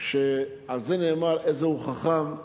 שעל זה נאמר: איזהו חכם,